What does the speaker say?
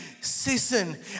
season